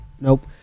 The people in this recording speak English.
nope